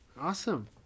Awesome